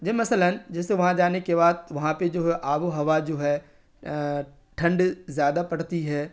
جو مثلاً جیسے وہاں جانے کے بعد وہاں پہ جو ہے آب و ہوا جو ہے ٹھنڈ زیادہ پڑتی ہے